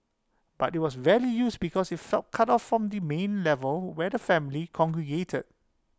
but IT was rarely used because IT felt cut off from the main level where the family congregated